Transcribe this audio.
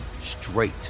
straight